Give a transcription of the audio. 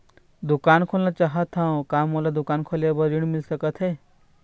दुकान खोलना चाहत हाव, का मोला दुकान खोले बर ऋण मिल सकत हे?